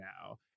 now